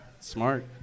Smart